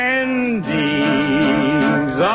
endings